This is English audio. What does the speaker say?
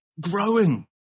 growing